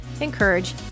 encourage